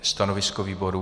Stanovisko výboru?